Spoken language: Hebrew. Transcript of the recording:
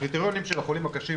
הקריטריונים של החולים הקשים.